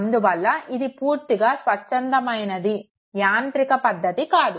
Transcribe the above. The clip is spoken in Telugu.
అంధువల్ల ఇది పూర్తిగా స్వచ్చంధమైనది యాంత్రిక పద్ధతి కాదు